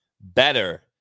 better